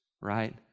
right